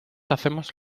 hacemos